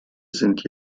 sind